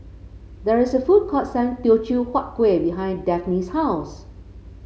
there is a food court selling Teochew Huat Kueh behind Dafne's house